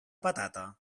patata